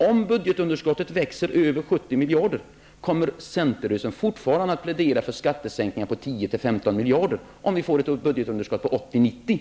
Om budgetunderskottet växer till mer än 70 miljarder, till kanske 80--90 miljarder, kommer centerrörelsen då att fortsätta att plädera för skattesänkningar på 10--15 miljarder?